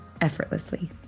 effortlessly